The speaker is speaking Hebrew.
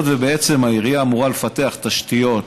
היות שבעצם העירייה אמורה לפתח תשתיות,